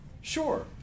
Sure